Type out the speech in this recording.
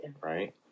right